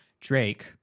Drake